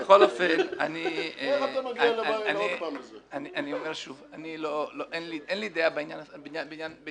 כשהוא היה עושה לי בעיות כיושב ראש קואליציה, מה